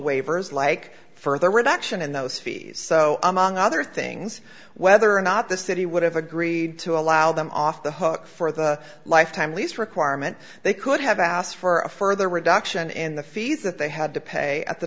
waivers like further reduction in those fees so among other things whether or not the city would have agreed to allow them off the hook for the lifetime lease requirement they could have asked for a further reduction in the fees that they had to pay at the